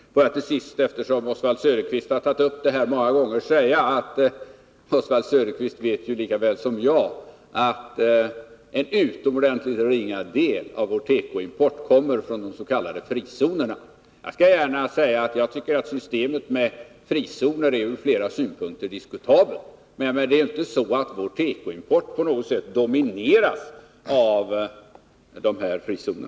Låt mig till sist säga, eftersom Oswald Söderqvist har tagit upp detta så många gånger, att han vet lika väl som jag att en utomordentligt ringa del av vår tekoimport kommer från de s.k. frizonerna. Jag skall gärna säga att jag tycker att systemet med frizoner är från flera synpunkter diskutabelt, men det är inte så, att vår tekoimport på något sätt domineras av dessa frizoner.